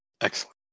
Excellent